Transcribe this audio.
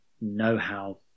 know-how